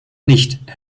nicht